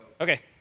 Okay